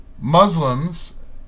Muslims